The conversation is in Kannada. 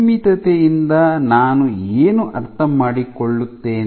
ಸೀಮಿತತೆಯಿಂದ ನಾನು ಏನು ಅರ್ಥಮಾಡಿಕೊಳ್ಳುತ್ತೇನೆ